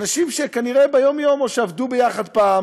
אנשים שכנראה ביום-יום או עבדו ביחד פעם